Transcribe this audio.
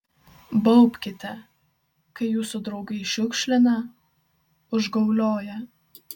baubkite kai jūsų draugai šiukšlina užgaulioja